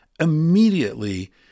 Immediately